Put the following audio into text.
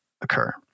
occur